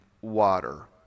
water